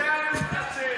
על זה אני מתנצל.